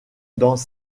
dans